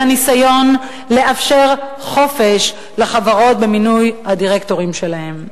הניסיון לאפשר חופש לחברות במינוי הדירקטורים שלהן.